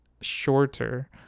shorter